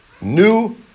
new